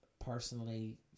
personally